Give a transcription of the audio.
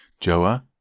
Joah